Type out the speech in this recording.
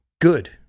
Good